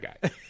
guy